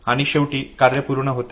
आणि शेवटी कार्य पूर्ण होते